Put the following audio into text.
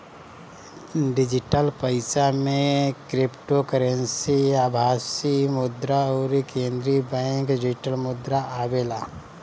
digital पईसा में cryptocurrency, आभासी मुद्रा अउरी केंद्रीय बैंक डिजिटल मुद्रा आवेला